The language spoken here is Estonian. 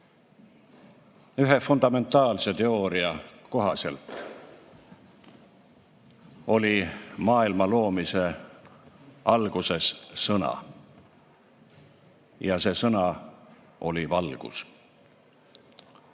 Ühe fundamentaalse teooria kohaselt oli maailma loomise alguses sõna. Ja see sõna oli valgus.